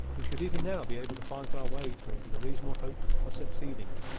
we should even now be able to fight our way through with a reasonable hope of succeeding.